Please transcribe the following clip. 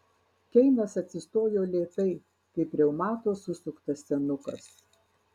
keinas atsistojo lėtai kaip reumato susuktas senukas